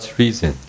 reason